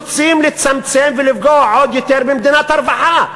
רוצים לצמצם ולפגוע עוד יותר במדינת הרווחה.